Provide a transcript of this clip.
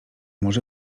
może